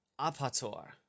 Apator